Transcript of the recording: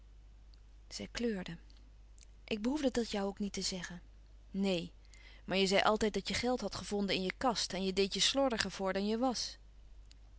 zij kleurde ik behoefde dat jou ook niet te zeggen neen maar je zei altijd dat je geld hadt gevonden in je kast en je deedt je slordiger voor dan je was